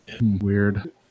Weird